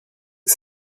que